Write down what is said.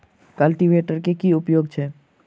Cultivator केँ की उपयोग छैक?